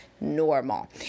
normal